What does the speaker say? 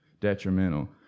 detrimental